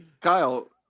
Kyle